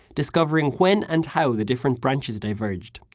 discovering when and how the different branches diverged.